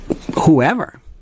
whoever